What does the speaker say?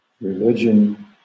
Religion